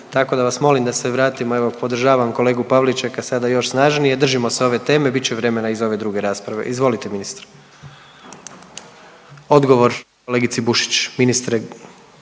tako da vas molim da se vratimo. Evo podržavam kolegu Pavličeka sada još snažnije, držimo se ove teme, bit će vremena i za ove druge rasprave. Izvolite ministre, odgovor kolegici Bušić ministre.